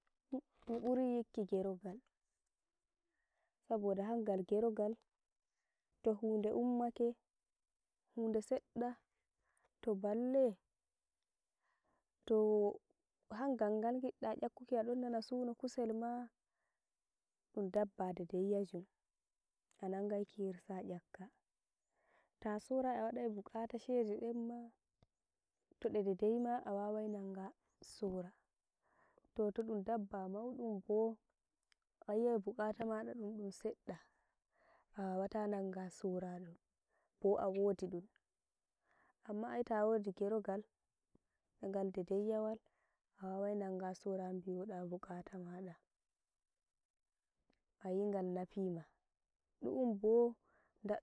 Mii burii yikki gerogal saboda hangal gerogal tohunde ummakee, hunde sedɗa to balle, too hangal gal ngidda nyakkuki adonnana suno kusel maa ɗum dabba dedeiyajum, anangain kirsaa nyakka, to sorai awadai bukata sheɗe ɗen maa toɗe ɗedeima awawai nanga sora. Too todum dabba maudum boo ayi'ai bukata mada ɗum ɗum sedɗa awawata nanga sora ɗum bo awodi ɗum. Amma ayii towadi gerogal ngal dedaiyawal awawai nanga sora biyoda bukata maɗa, ayii ngal nafiima, du'um bo nda.